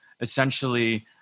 essentially